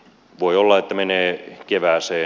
voi olla että menee kevääseen